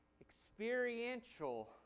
experiential